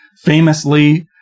Famously